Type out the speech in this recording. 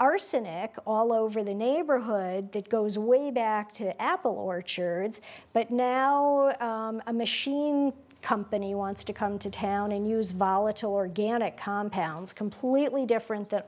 arsenic all over the neighborhood that goes way back to apple orchards but now a machine company wants to come to town and use volatile organic compounds completely different that